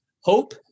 Hope